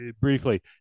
briefly